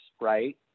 right